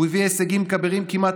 הוא הביא הישגים כבירים כמעט,